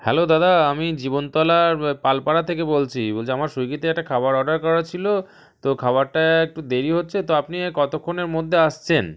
hello দাদা আমি জীবনতলা পালপাড়া থেকে বলছি বলছি আমার সুইগিতে একটা খাবার অর্ডার করা ছিল তো খাবারটা একটু দেরি হচ্ছে তো আপনি কতক্ষণের মধ্যে আসছেন